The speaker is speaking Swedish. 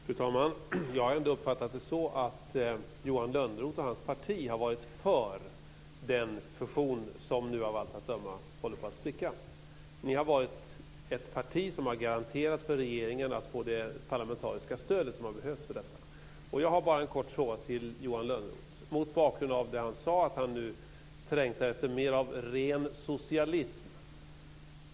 Fru talman! Jag har ändå uppfattat att Johan Lönnroth och hans parti har varit för den fusion som nu av allt att döma håller på att spricka. Ni har varit ett parti som har garanterat regeringen att få det parlamentariska stöd som har behövts för detta. Jag har bara en kort fråga till Johan Lönnroth mot bakgrund av det han sade, att han nu trängtar efter mer av ren socialism.